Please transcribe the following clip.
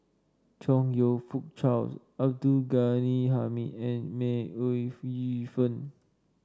Chong You Fook Charles Abdul Ghani Hamid and May Ooi Yu Fen